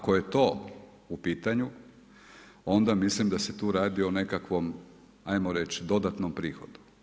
Ako je to u pitanju, onda mislim da se tu radi o nekakvom ajmo reći dodatnom prihodu.